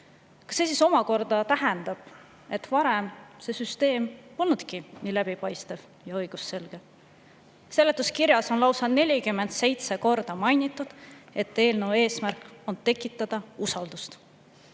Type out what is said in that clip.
Kas see siis omakorda tähendab, et varem see süsteem polnudki nii läbipaistev ja õigusselge? Seletuskirjas on lausa 47 korda mainitud, et eelnõu eesmärk on tekitada usaldust.